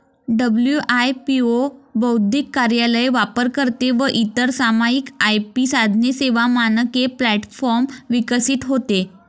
WIPO बौद्धिक कार्यालय, वापरकर्ते व इतर सामायिक आय.पी साधने, सेवा, मानके प्लॅटफॉर्म विकसित होते